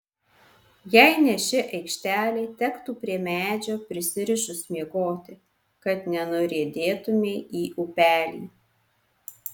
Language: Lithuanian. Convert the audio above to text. jei ne ši aikštelė tektų prie medžio prisirišus miegoti kad nenuriedėtumei į upelį